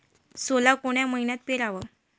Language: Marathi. सोला कोन्या मइन्यात पेराव?